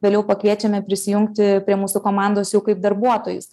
vėliau pakviečiame prisijungti prie mūsų komandos jau kaip darbuotojus